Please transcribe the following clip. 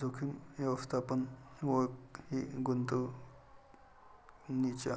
जोखीम व्यवस्थापन ओळख ही गुंतवणूकीच्या